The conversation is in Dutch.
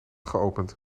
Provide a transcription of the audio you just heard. geopend